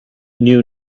knew